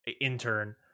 intern